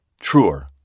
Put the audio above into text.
truer